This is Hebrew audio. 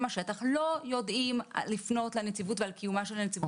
השטח - רובם לא יודעים לפנות לנציבות ועל קיומה של הנציבות.